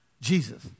Jesus